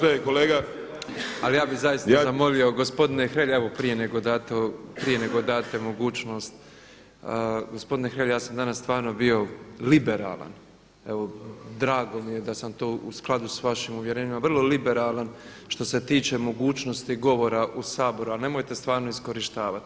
Ali ja bih zaista zamolio gospodine Hrelja evo prije nego date mogućnost, gospodine Hrelja, ja sam danas stvarno bio liberalan, evo drago mi je da sam to u skladu s vašim uvjerenjima, vrlo liberalan što se tiče mogućnosti govora u Saboru, ali nemojte stvarno iskorištavat.